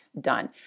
done